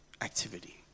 activity